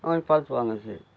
பார்த்து வாங்க சரி